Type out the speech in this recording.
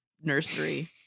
nursery